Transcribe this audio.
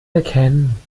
erkennen